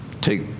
take